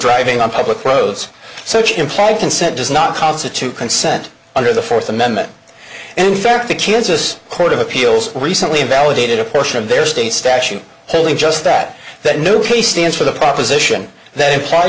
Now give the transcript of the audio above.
driving on public roads such implied consent does not constitute consent under the fourth amendment and in fact the kansas court of appeals recently invalidated a portion of their state statute telling just that that new case stands for the proposition that impl